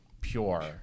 pure